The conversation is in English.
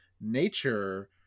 nature